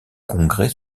congrès